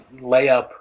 layup